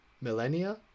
Millennia